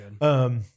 good